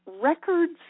records